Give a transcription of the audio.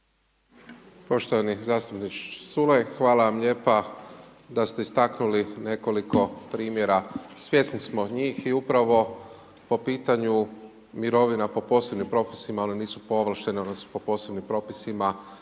Poštovani zastupniče Culej, hvala vam lijepa da ste istaknuli nekoliko primjera, svjesni smo njih i upravo po pitanju mirovina po posebnim propisima, ono, nisu po ovlaštene, one su po posebnim propisima